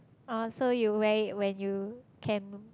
oh so you wear it when you can